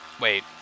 Wait